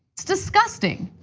it's disgusting.